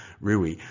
Rui